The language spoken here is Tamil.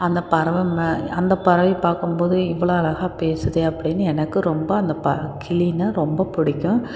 அந்த பறவை அந்த பறவையை பார்க்கும் போது இவ்வளோ அழகாக பேசுதே அப்படின்னு எனக்கு ரொம்ப அந்த கிளின்னா ரொம்ப பிடிக்கும்